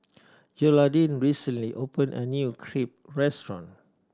Gearldine recently opened a new Crepe restaurant